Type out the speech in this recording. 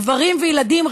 גברים וילדים,